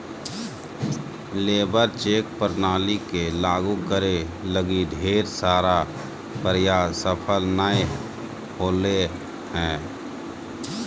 labour check प्रणाली के लागु करे लगी ढेर सारा प्रयास सफल नय होले हें